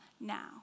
now